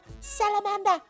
Salamander